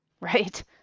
Right